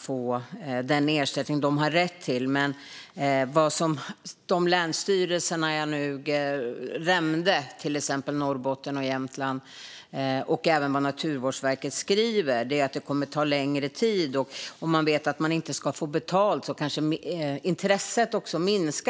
få den ersättning de har rätt till. Men som de länsstyrelser jag nämnde, exempelvis de i Norrbotten och Jämtland, och även Naturvårdsverket skriver kommer det att ta längre tid, och om man inte vet att man ska få betalt kanske intresset också minskar.